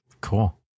Cool